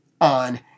on